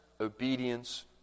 obedience